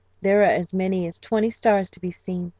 there are as many as twenty stars to be seen,